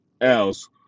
else